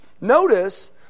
Notice